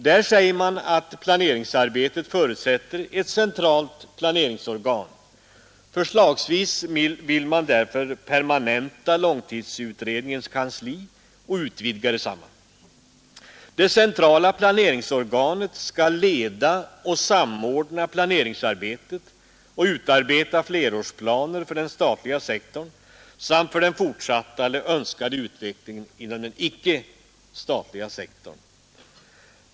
Där äger man att planeringsarbetet förutsätter ett centralt planeringsorgan. Förslagsvis vill man därför permanenta långtidsutredningens kansli och utvidga detsamma. Det centrala planeringsorganet skall leda och samordna planeringsarbetet och utarbeta flerårsplaner för den statliga sektorn samt för den fortsatta eller önskade utvecklingen inom den icke statliga sektorn.